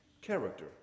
character